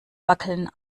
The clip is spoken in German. wackeln